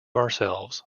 ourselves